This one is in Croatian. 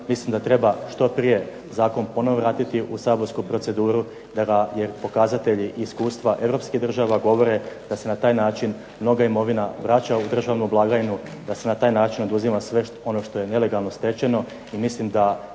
Mislim da treba što prije zakon ponovo vratiti u saborsku proceduru, jer pokazatelji iskustva europskih država govore da se na taj način mnoga imovina vraća u državnu blagajnu, da se ne taj način oduzima sve ono što je nelegalno stečeno